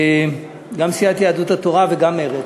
גם סיעת יהדות התורה וגם מרצ.